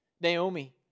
Naomi